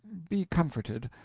be comforted.